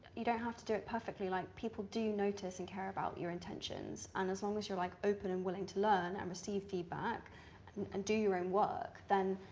you don't have to do it perfectly like people do notice care about your intentions and as long as you're like open and willing to learn and receive feedback and do your own work then?